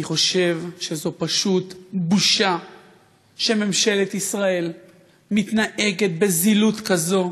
אני חושב שזו פשוט בושה שממשלת ישראל מתנהגת בזילות כזו,